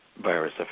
virus